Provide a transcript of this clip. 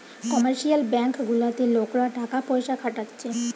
commercial bank গুলাতে লোকরা টাকা পয়সা খাটাচ্ছে